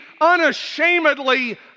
unashamedly